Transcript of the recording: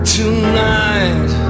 tonight